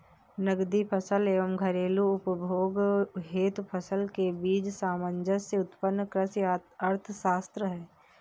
नकदी फसल एवं घरेलू उपभोग हेतु फसल के बीच सामंजस्य उत्तम कृषि अर्थशास्त्र है